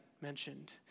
mentioned